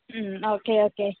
mm okay okay